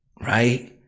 right